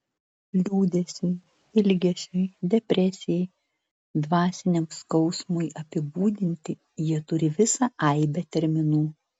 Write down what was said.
liūdesiui ilgesiui depresijai dvasiniam skausmui apibūdinti jie turi visą aibę terminų